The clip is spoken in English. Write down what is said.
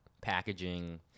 packaging